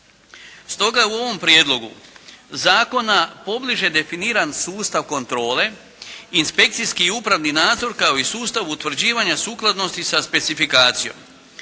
Stoga je u ovom prijedlogu zakona pobliže definiran sustav kontrole, inspekcijski i upravni nadzor kao i sustav utvrđivanja sukladnosti sa specifikacijom.